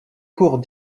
cours